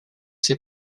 ses